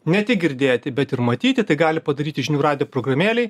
ne tik girdėti bet ir matyti tai gali padaryti žinių radijo programėlėj